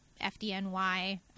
FDNY